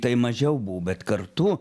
tai mažiau buvo bet kartu